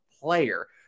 player